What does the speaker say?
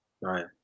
Right